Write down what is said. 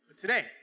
Today